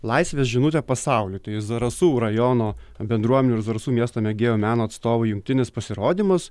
laisvės žinutė pasauliui tai zarasų rajono bendruomenių ir zarasų miesto mėgėjų meno atstovų jungtinis pasirodymas